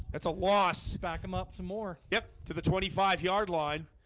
it's a loss back him up some more yep to the twenty five yard line